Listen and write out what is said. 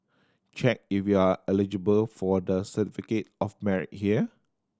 check if you are eligible for the Certificate of Merit here